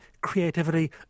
creativity